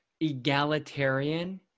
egalitarian